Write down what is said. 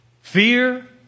fear